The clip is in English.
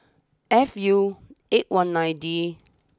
F U eight one nine D